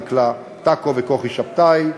דקלה טקו וכוכי שבתאי,